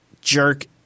jerk